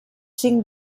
cinc